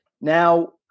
Now